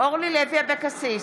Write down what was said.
אורלי לוי אבקסיס,